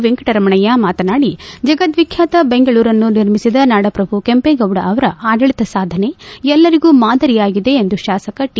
ವೆಂಕಟರಮಣಯ್ಯ ಮಾತನಾಡಿ ಜಗದ್ವಿಬ್ಬಾತ ಬೆಂಗಳೂರನ್ನು ನಿರ್ಮಿಸಿದ ನಾಡಪ್ರಭು ಕೆಂಪೇಗೌಡ ಅವರ ಆಡಳಿತ ಸಾಧನೆ ಎಲ್ಲರಿಗೂ ಮಾದರಿಯಾಗಿದೆ ಎಂದು ಶಾಸಕ ಟಿ